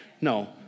No